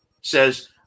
says –